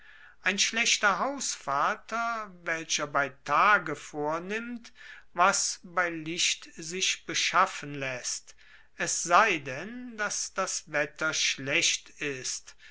ein schlechter hausvater welcher bei tage vornimmt was bei licht sich beschaffen laesst es sei denn dass das wetter schlecht ist